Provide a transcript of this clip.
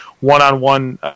one-on-one